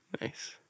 Nice